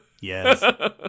Yes